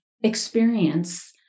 experience